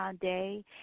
day